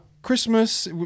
Christmas